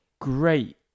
great